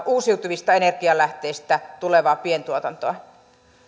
uusiutuvista energianlähteistä tulevaa pientuotantoa